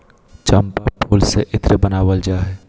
चम्पा फूल से इत्र बनावल जा हइ